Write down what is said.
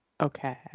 Okay